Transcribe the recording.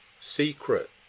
secret